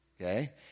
Okay